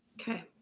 Okay